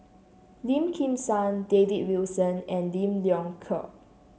Lim Kim San David Wilson and Lim Leong Geok